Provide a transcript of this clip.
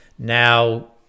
Now